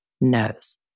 knows